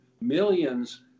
Millions